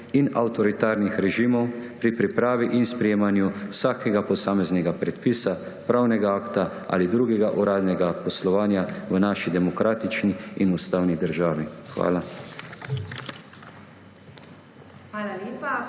in avtoritarnih režimov pri pripravi in sprejemanju vsakega posameznega predpisa, pravnega akta ali drugega uradnega poslovanja v naši demokratični in ustavni državi. Hvala.